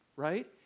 right